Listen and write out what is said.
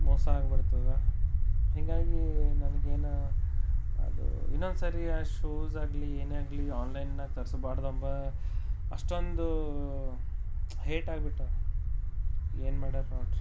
ಮೋಸ ಆಗ್ಬಿಡ್ತದೆ ಹಿಂಗಾಗಿ ನನಗೇನೋ ಅದು ಇನ್ನೊಂದ್ಸರಿ ಆ ಶೂಸಾಗಲಿ ಏನೇ ಆಗಲಿ ಆನ್ಲೈನ್ನಾಗ ತರಿಸ್ಬಾರ್ದಪ್ಪಾ ಅಷ್ಟೊಂದು ಹೇಟ್ ಆಗ್ಬಿಟ್ಟಾವ ಏನು ಮಾಡೋದು ನೋಡ್ರಿ